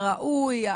הראוי,